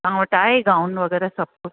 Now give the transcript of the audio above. तव्हां वटि आहे गाउन वग़ैरह सभु कुझु